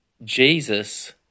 Jesus